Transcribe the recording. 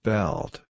Belt